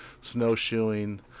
snowshoeing